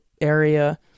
area